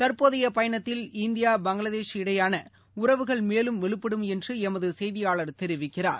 தற்போதைய பயணத்தில் இந்தியா பங்களாதேஷ் இடையேயான உறவுகள் மேலும் வலுப்படும் என்று எமது செய்தியாளர் தெரிவிக்கிறார்